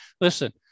listen